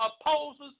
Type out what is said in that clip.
opposes